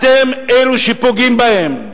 אתם אלה שפוגעים בהם.